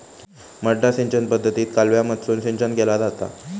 मड्डा सिंचन पद्धतीत कालव्यामधसून सिंचन केला जाता